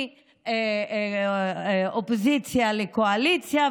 מהאופוזיציה לקואליציה,